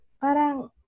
Parang